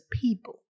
people